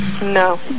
No